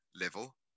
level